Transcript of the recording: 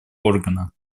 органа